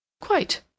Quite